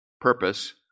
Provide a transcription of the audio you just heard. Purpose